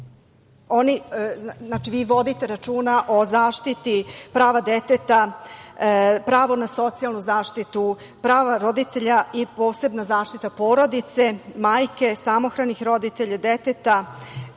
vi vodite računa o zaštiti prava deteta, prava na socijalnu zaštitu, prava roditelja i posebnoj zaštiti porodice, majke, samohranih roditelja, deteta